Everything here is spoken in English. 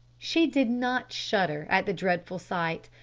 she did not shudder at the dreadful sight,